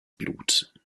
blut